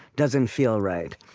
doesn't feel right.